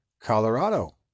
Colorado